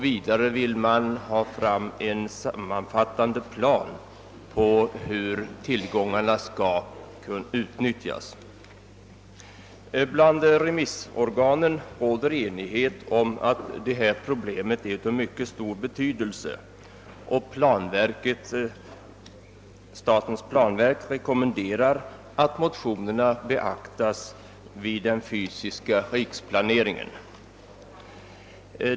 Vidare vill man ha fram en sammanfattande plan för hur tillgångarna skall utnyttjas. Bland remissorganen råder enighet om att detta problem är av mycket stor betydelse, och statens planverk rekommenderar att motionerna beaktas vid den fysiska riksplaneringen.